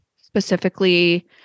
Specifically